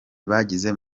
bagize